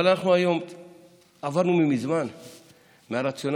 אבל אנחנו היום עברנו מזמן מהרציונל